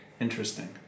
Interesting